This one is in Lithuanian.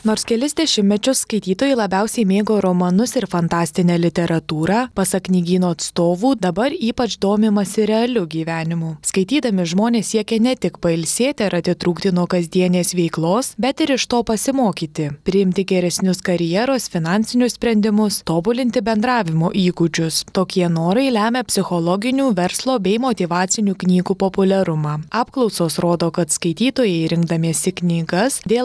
nors kelis dešimtmečius skaitytojai labiausiai mėgo romanus ir fantastinę literatūrą pasak knygyno atstovų dabar ypač domimasi realiu gyvenimu skaitydami žmonės siekia ne tik pailsėti ar atitrūkti nuo kasdienės veiklos bet ir iš to pasimokyti priimti geresnius karjeros finansinius sprendimus tobulinti bendravimo įgūdžius tokie norai lemia psichologinių verslo bei motyvacinių knygų populiarumą apklausos rodo kad skaitytojai rinkdamiesi knygas dėl